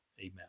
Amen